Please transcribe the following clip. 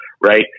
right